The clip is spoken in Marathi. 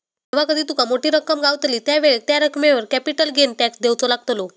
जेव्हा कधी तुका मोठी रक्कम गावतली त्यावेळेक त्या रकमेवर कॅपिटल गेन टॅक्स देवचो लागतलो